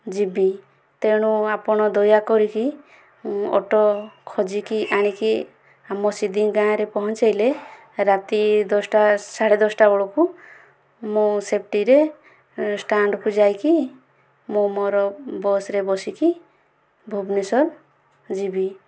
ଯିବି ତେଣୁ ଆପଣ ଦୟାକରିକି ଅଟୋ ଖୋଜିକି ଆଣିକି ଆମ ସିଦିଙ୍ଗିଗାଁରେ ପହଞ୍ଚେଇଲେ ରାତି ଦଶଟା ସାଢ଼େଦଶଟା ବେଳକୁ ମୁଁ ସେଫ୍ଟିରେ ଷ୍ଟାଣ୍ଡକୁ ଯାଇକି ମୁଁ ମୋ'ର ବସରେ ବସିକି ଭୁବନେଶ୍ୱର ଯିବି